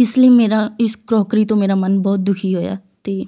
ਇਸ ਲਈ ਮੇਰਾ ਇਸ ਕਰੋਕਰੀ ਤੋਂ ਮੇਰਾ ਮਨ ਬਹੁਤ ਦੁਖੀ ਹੋਇਆ ਅਤੇ